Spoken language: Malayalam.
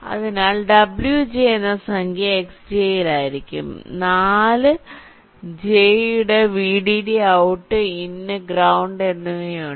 അതിനാൽ wj എന്ന സംഖ്യ xj ൽ ആയിരിക്കും നാല് j യുടെ vddഔട്ട് ഇൻ ഗ്രൌണ്ട് എന്നിവയുണ്ട്